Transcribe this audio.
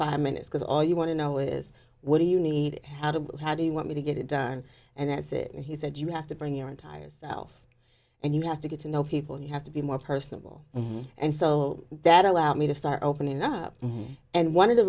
five minutes because all you want to know is what do you need out of how do you want me to get it done and that's it he said you have to bring your entire self and you have to get to know people you have to be more personable and so that allowed me to start opening up and one of the